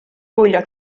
gwylio